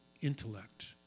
intellect